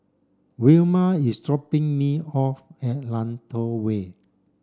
Wilma is dropping me off at Lentor Way